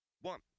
One